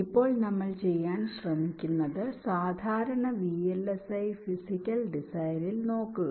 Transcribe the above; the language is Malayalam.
ഇപ്പോൾ നമ്മൾ ചെയ്യാൻ ശ്രമിക്കുന്നത് സാധാരണ VLSI ഫിസിക്കൽ ഡിസൈനിൽ നോക്കുക